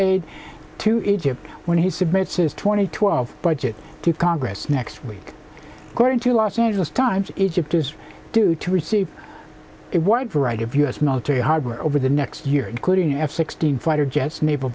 id to egypt when he submitted says twenty twelve budget to congress next week according to los angeles times egypt is due to receive it wide variety of u s military hardware over the next year quoting f sixteen fighter jets naval